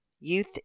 Youth